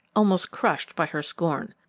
almost crushed by her scorn.